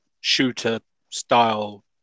shooter-style